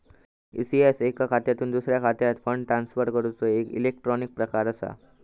ECS एका खात्यातुन दुसऱ्या खात्यात फंड ट्रांसफर करूचो एक इलेक्ट्रॉनिक प्रकार असा